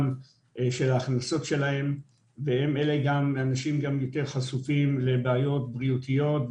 ההכנסות שלהם ואלה אנשים שגם יותר חשופים לבעיות בריאותיות,